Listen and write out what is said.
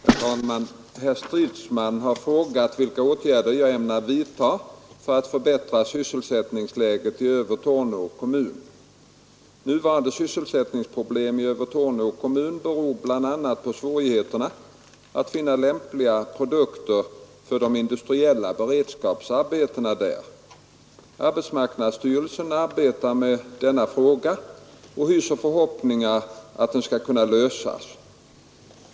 Herr talman! Herr Stridsman har frågat vilka åtgärder jag ämnar vidta för att förbättra sysselsättningsläget i Övertorneå kommun. Nuvarande sys ttningsproblem i Övertorneå kommun beror bl.a. på svårigheter att finna lämpliga produkter för de industriella beredskapsarbetena där. Arbetsmarknadsstyrelsen arbetar med denna fråga och hyser förhoppningar om att den skall kunna lösas.